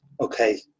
okay